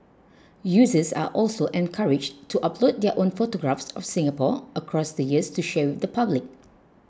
users are also encouraged to upload their own photographs of Singapore across the years to share with the public